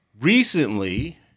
Recently